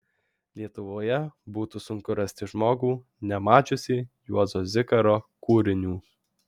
lietuvoje būtų sunku rasti žmogų nemačiusį juozo zikaro kūrinių